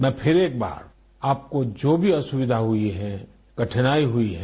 मैं फिर एक बार आपको जो भी असुविधा हुई है कठिनाई हुई है